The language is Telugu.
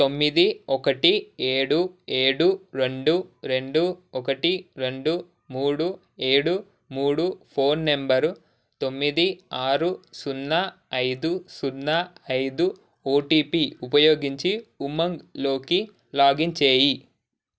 తొమ్మిది ఒకటి ఏడు ఏడు రెండు రెండు ఒకటి రెండు మూడు ఏడు మూడు ఫోన్ నెంబరు తొమ్మిది ఆరు సున్నా ఐదు సున్నా ఐదు ఓటిపి ఉపయోగించి ఉమంగ్ లోకి లాగిన్ చేయి